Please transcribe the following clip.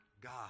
God